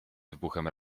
wybuchem